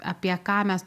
apie ką mes